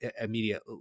immediate